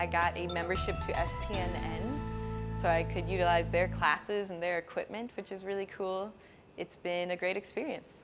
i got a membership to us and so i could utilize their classes and their equipment which is really cool it's been a great experience